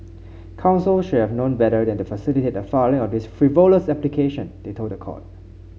counsel should have known better than to facilitate the filing of this frivolous application they told the court